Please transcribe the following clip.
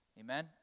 Amen